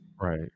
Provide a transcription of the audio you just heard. right